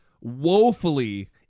woefully